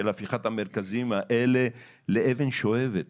של הפיכת המרכזים האלה לאבן שואבת